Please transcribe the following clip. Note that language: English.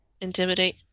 Intimidate